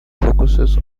focuses